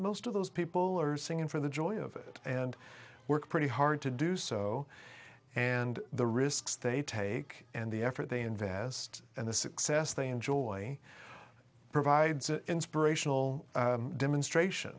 most of those people are singing for the joy of it and work pretty hard to do so and the risks they take and the effort they invest and the success they enjoy provides an inspirational demonstration